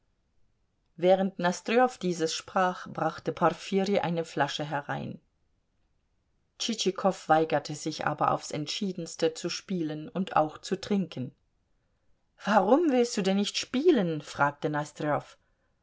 während nosdrjow dieses sprach brachte porfirij eine flasche herein tschitschikow weigerte sich aber aufs entschiedenste zu spielen und auch zu trinken warum willst du denn nicht spielen fragte